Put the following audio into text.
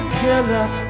killer